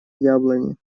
яблони